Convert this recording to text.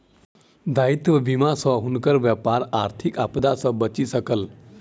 दायित्व बीमा सॅ हुनकर व्यापार आर्थिक आपदा सॅ बचि सकल